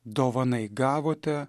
dovanai gavote